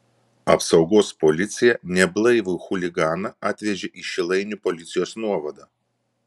apsaugos policija neblaivų chuliganą atvežė į šilainių policijos nuovadą